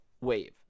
wave